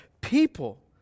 people